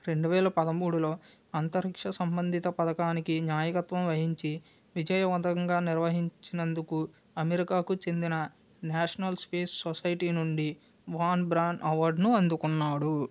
రెండు వేల పదమూడు లో అంతరిక్ష సంబంధిత పథకానికి న్యాయకత్వం వహించి విజయవంతంగా నిర్వహించినందుకు అమెరికాకు చెందిన నేషనల్ స్పేస్ సొసైటీ నుండి వాన్ బ్రాండ్ అవార్డును అందుకున్నాడు